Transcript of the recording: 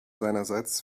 seinerseits